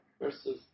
versus